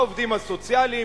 העובדים הסוציאליים,